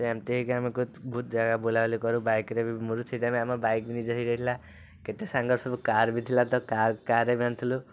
ଏ ଏମିତି ହେଇକି ଆମକୁ ବହୁତ ଜାଗା ବୁଲାବୁଲି କରୁ ବାଇକ୍ରେ ବି ବୁଲୁ ସେ ଟାଇମ୍ରେ ଆମ ବାଇକ୍ ବି ନିଜର ହେଇଯାଇଥିଲା କେତେ ସାଙ୍ଗ ସବୁ କାର୍ ବି ଥିଲା ତ କାର୍ ତ କାର୍ ବି ଆଣିଥିଲୁ